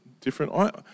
different